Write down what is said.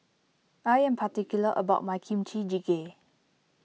I am particular about my Kimchi Jjigae